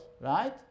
right